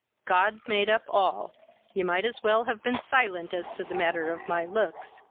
god made up all you might as well have been silent as to the matter of my looks.